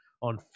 on